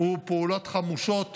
פעולות חמושות